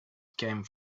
came